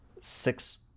Six